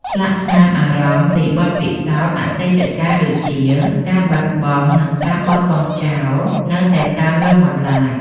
ស្លាកស្នាមអារម្មណ៍ពីបទពិសោធន៍អតីតកាលដូចជា ការបាត់បង់ និងការបោះបង់ចោលនៅតែតាមលងបន្លាច។